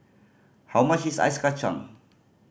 how much is Ice Kachang